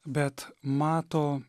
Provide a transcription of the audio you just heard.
bet mato